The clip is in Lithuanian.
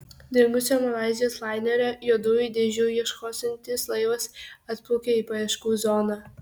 dingusio malaizijos lainerio juodųjų dėžių ieškosiantis laivas atplaukė į paieškų zoną